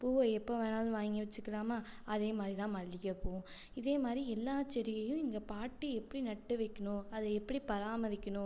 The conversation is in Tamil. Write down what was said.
பூவை எப்போ வேண்ணாலும் வாங்கி வச்சுக்கலாமா அதே மாதிரி தான் மல்லிகைப் பூவும் இதே மாதிரி எல்லாச் செடியையும் எங்கள் பாட்டி எப்படி நட்டு வைக்கணும் அதை எப்படி பராமரிக்கணும்